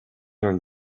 bhur